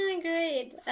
Great